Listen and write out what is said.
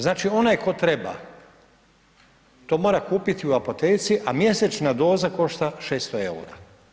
Znači onaj tko treba to mora kupiti u apoteci, a mjesečna doza košta 600 eura.